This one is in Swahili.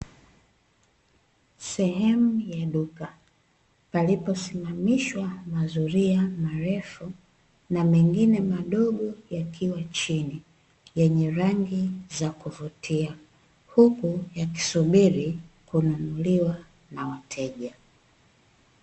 Sehemu ya duka palipo simamishwa mazuria marefu na mengine madogo yakiwa chini yenye rangi za kuvutia. Huku yakisubiri kununuliwa na wateja .